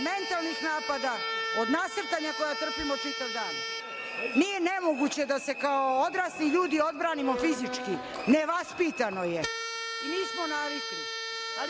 mentalnih napada, od nasrtanja koje trpimo svaki dan. Nije nemoguće da se kao odrasli ljudi odbranimo fizički, nevaspitano je, nismo navikli,